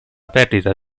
perdita